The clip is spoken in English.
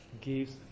gives